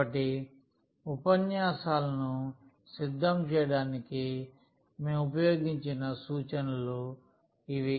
కాబట్టి ఉపన్యాసాలను సిద్ధం చేయడానికి మేము ఉపయోగించిన సూచనలు ఇవి